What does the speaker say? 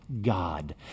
God